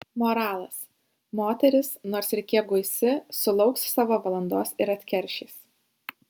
moralas moteris nors ir kiek guisi sulauks savo valandos ir atkeršys